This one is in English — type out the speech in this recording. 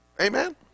amen